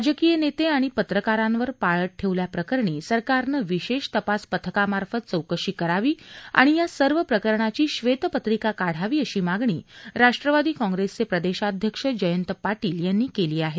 राजकीय नेते आणि पत्रकारांवर पाळत ठेवल्याप्रकरणी सरकारनं विशेष तपास पथकामार्फत चौकशी करावी आणि या सर्व प्रकरणाची श्वेतपत्रिका काढावी अशी मागणी राष्ट्रवादी काँग्रेसचे प्रदेशाध्यक्ष जयंत पाटील यांनी केली आहे